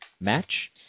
match